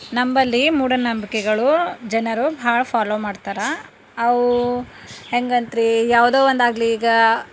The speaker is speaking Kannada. ನಂಬಳಿ ಮೂಢನಂಬಿಕೆಗಳು ಜನರು ಭಾಳ ಫಾಲೋ ಮಾಡ್ತಾರೆ ಅವು ಹೆಂಗಂತ್ರಿ ಯಾವುದೋ ಒಂದಾಗಲಿ ಈಗ